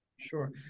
Sure